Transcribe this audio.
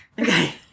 Okay